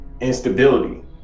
instability